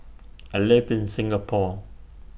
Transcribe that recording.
I live in Singapore